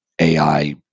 AI